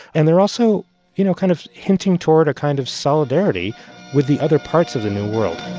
and they're also, you know, kind of hinting toward a kind of solidarity with the other parts of the new world